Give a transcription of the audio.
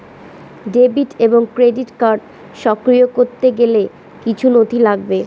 Debit এবং credit card সক্রিয় করতে গেলে কিছু নথি লাগবে?